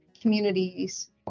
communities